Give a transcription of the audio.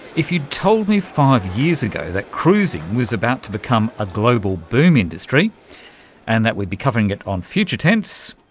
if you'd told me five years ago that cruising was about to become a global boom industry and that we'd be covering it on future tense,